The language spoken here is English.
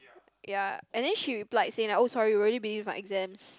ya and then she replied saying that oh sorry we really busy with my exams